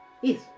Yes